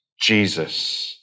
Jesus